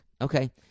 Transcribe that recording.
okay